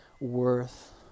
worth